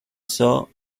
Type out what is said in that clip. zoo